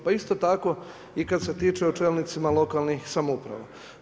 Pa isto tako i kad se tiče o čelnicima lokalnih samouprava.